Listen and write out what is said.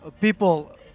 people